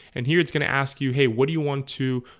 and here it's gonna ask you hey. what do you want to?